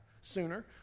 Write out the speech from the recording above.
sooner